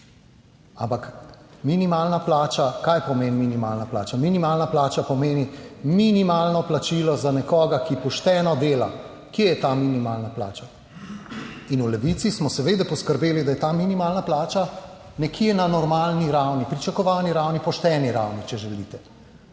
kaj pomeni minimalna plača? Minimalna plača pomeni minimalno plačilo za nekoga, ki pošteno dela. Kje je ta minimalna plača? In v Levici smo seveda poskrbeli, da je ta minimalna plača nekje na normalni ravni, pričakovani ravni, pošteni ravni, če želite.